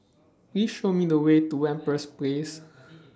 Please Show Me The Way to Empress Place